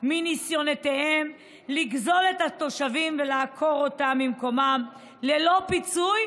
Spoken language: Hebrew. מניסיונותיהם לגזול את התושבים ולעקור אותם ממקומם ללא פיצוי,